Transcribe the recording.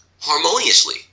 harmoniously